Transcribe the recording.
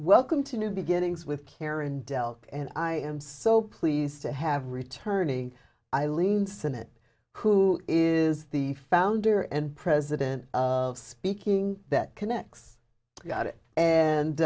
welcome to new beginnings with karen dell and i am so pleased to have returning eileen senate who is the founder and president of speaking that connects you got it